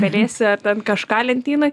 pelėsį ar ten kažką lentynoj